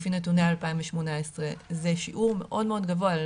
לפי נתוני 2018. זה שיעור מאוד גבוה.